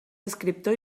escriptor